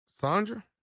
Sandra